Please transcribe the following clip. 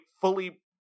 fully